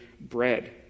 bread